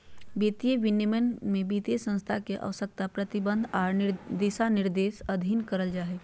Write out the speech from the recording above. वित्तीय विनियमन में वित्तीय संस्थान के आवश्यकता, प्रतिबंध आर दिशानिर्देश अधीन करल जा हय